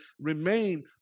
remain